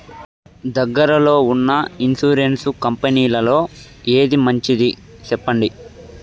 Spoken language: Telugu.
దగ్గర లో ఉన్న ఇన్సూరెన్సు కంపెనీలలో ఏది మంచిది? సెప్పండి?